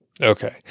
Okay